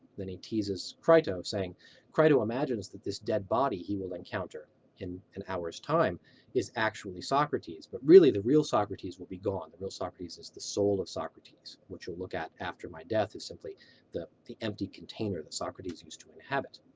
then he teases crito, saying crito imagines that this dead body he will encounter in an hour's time is actually socrates, but really the real socrates will be gone. the real socrates is the soul of socrates. what you'll look at after my death is simply the the empty container that socrates used to inhabit.